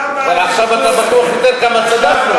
למה אתה, אבל עכשיו אתה בטוח יודע כמה צדקנו.